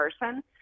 person